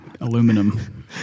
aluminum